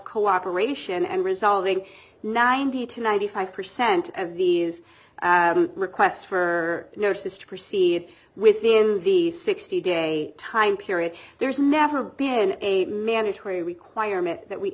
cooperation and resolving ninety to ninety five percent of these requests for notice to proceed within the sixty day time period there's never been a mandatory requirement that we